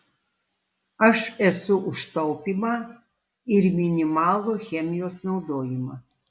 aš esu už taupymą ir minimalų chemijos naudojimą